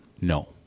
No